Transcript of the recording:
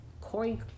Corey